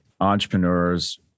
entrepreneurs